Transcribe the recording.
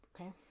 okay